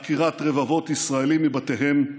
עקירת רבבות ישראלים מבתיהם,